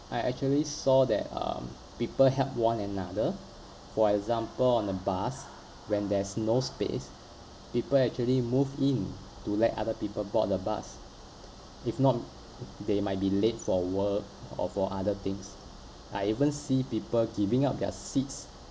I actually saw that um people help one another for example on the bus when there's no space people actually moved in to let other people board the bus if not they might be late for work or for other things I even see people giving up their seats